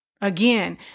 Again